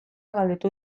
galdetu